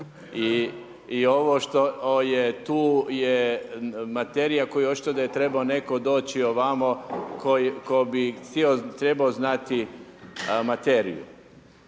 i ovo što je tu, je materija koju očito da je trebao netko doći ovamo tko bi trebao znati materiju.